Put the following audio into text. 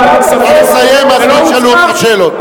אם תסיים לא ישאלו אותך שאלות.